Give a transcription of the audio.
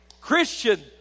Christian